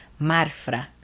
Marfra